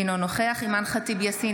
אינו נוכח אימאן ח'טיב יאסין,